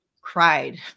cried